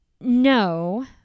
no